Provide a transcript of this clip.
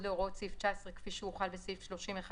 להוראות סעיף 19 כפי שהוחל בסעיף 30(1),